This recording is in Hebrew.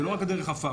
זה לא רק דרך העפר,